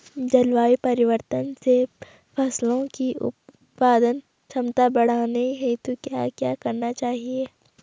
जलवायु परिवर्तन से फसलों की उत्पादन क्षमता बढ़ाने हेतु क्या क्या करना चाहिए?